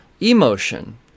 emotion